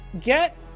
get